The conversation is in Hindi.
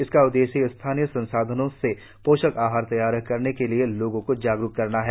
इसका उद्देश्य स्थानीय संसाधनों से पोषक आहार तैयार करने के लिए लोगों को जागरुक करना है